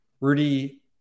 Rudy